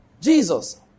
Jesus